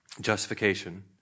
justification